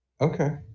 Okay